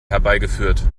herbeigeführt